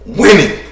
winning